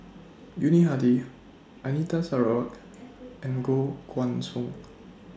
Yuni Hadi Anita Sarawak and Koh Guan Song